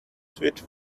switch